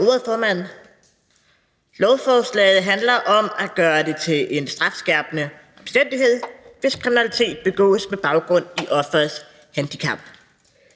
Lovforslaget handler om at gøre det til en strafskærpende omstændighed, hvis kriminalitet begås med baggrund i offerets handicap.